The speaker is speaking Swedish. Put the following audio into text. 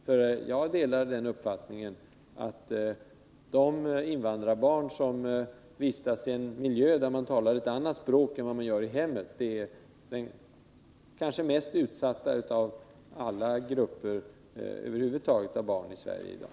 Jag har nämligen den uppfattningen att de invandrarbarn som vistasi en miljö där man talar ett annat språk än det som talas i deras hem hör till de mest utsatta av alla barn i Sverige i dag.